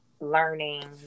learning